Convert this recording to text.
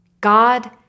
God